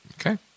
okay